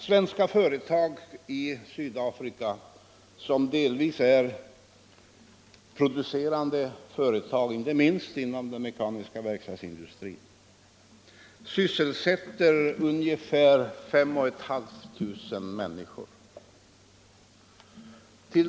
Svenska företag i Sydafrika, som delvis är producerande företag, inte minst inom den mekaniska verkstadsindustrin, sysselsätter ungefär 5 500 människor.